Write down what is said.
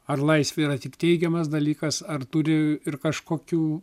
ar laisvė yra tik teigiamas dalykas ar turi ir kažkokių